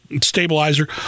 stabilizer